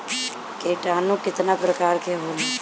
किटानु केतना प्रकार के होला?